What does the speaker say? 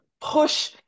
push